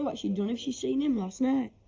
what she'd done if she'd seen him last night.